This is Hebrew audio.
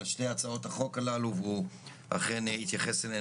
שתי הצעות החוק הללו והוא אכן התייחס אליהם